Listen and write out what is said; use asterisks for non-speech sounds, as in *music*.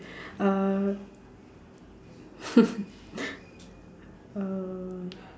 uh *laughs*